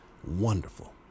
Wonderful